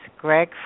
Greg